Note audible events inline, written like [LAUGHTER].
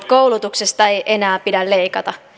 [UNINTELLIGIBLE] koulutuksesta ei enää pidä leikata